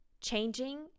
changing